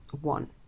One